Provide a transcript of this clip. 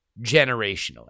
generationally